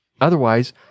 Otherwise